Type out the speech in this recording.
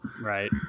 Right